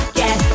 get